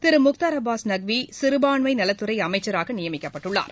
திரு முக்தார் அப்பாஸ் நக்வி சிறுபான்மை நலத்துறை அமைச்சராக நியமிக்கப்பட்டுள்ளார்